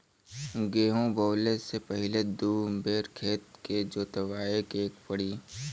गेंहू बोवले से पहिले दू बेर खेत के जोतवाए के पड़ी